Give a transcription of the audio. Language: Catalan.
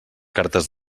cartes